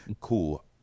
cool